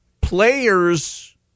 players